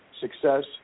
success